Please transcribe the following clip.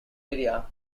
area